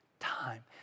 time